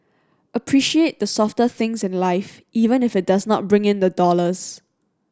appreciate the softer things in life even if it does not bring in the dollars